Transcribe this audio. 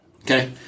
Okay